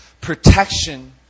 protection